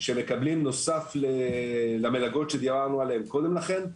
שמקבלים נוסף למלגות שדיברנו עליהם קודם לכן,